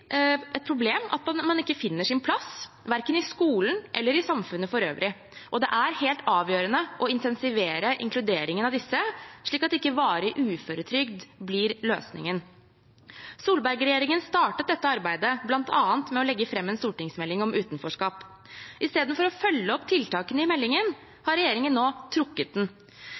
et problem at man ikke finner sin plass, verken i skolen eller i samfunnet for øvrig, og det er helt avgjørende å intensivere inkluderingen av disse, slik at ikke varig uføretrygd blir løsningen. Solberg-regjeringen startet dette arbeidet, bl.a. med å legge fram en stortingsmelding om utenforskap. Istedenfor å følge opp tiltakene i meldingen, har regjeringen nå trukket den.